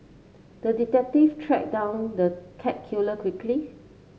the detective track down the cat killer quickly